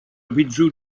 withdrew